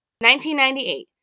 1998